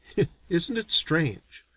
isn't it strange?